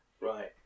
right